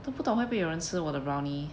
都不懂会不会有人吃我的 brownie